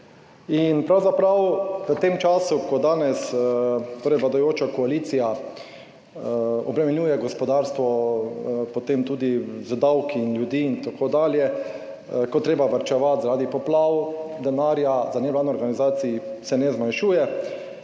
In pravzaprav v tem času, ko danes torej vladajoča koalicija obremenjuje gospodarstvo, potem tudi z davki in ljudi in tako dalje, ko je treba varčevati zaradi poplav, denarja za nevladne organizacije se ne zmanjšuje.